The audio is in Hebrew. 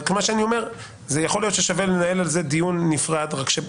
אבל יכול להיות ששווה לנהל דיון נפרד על משך